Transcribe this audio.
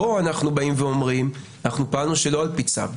פה אנחנו באים ואומרים: אנחנו פעלנו שלא על פי צו,